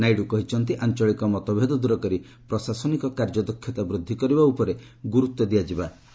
ନାଇଡ଼ୁ କହିଛନ୍ତି ଆଞ୍ଚଳିକ ମତଭେଦ ଦୂର କରି ପ୍ରଶାସନିକ କାର୍ଯ୍ୟଦକ୍ଷତା ବୃଦ୍ଧି କରିବା ଉପରେ ଗୁରୁତ୍ୱ ଦିଆଯିବା ଆବଶ୍ୟକ